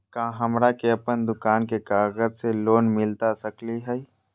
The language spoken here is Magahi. का हमरा के अपन दुकान के कागज से लोन मिलता सकली हई?